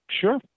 Sure